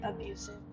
abusive